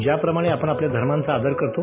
ज्याप्रमाणे आपण आपल्या धर्मांचा आदर करतो